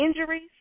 injuries